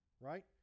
right